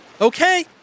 Okay